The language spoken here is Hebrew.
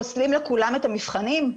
פוסלים לכולם את המבחנים?